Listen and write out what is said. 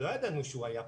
לא ידענו שהוא היה פרופסור.